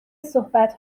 صحبت